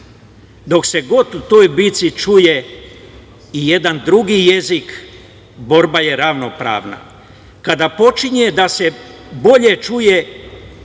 Dok se god toj bici čuje i jedan drugi jezik, borba je ravnopravna. Kada počinje da se bolje čuje